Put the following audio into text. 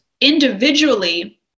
individually